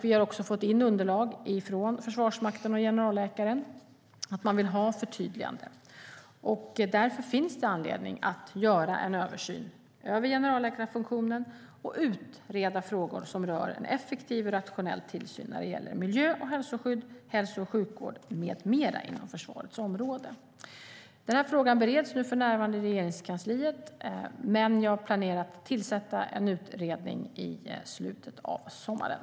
Vi har också fått in underlag från Försvarsmakten och generalläkaren om att man vill ha förtydliganden. Därför finns det anledning att göra en översyn av generalläkarfunktionen och utreda frågor som rör en effektiv, rationell tillsyn när det gäller miljö och hälsoskydd, hälso och sjukvård med mera inom försvarets område. Frågan bereds för närvarande i Regeringskansliet, men jag planerar att tillsätta en utredning i slutet av sommaren.